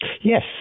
Yes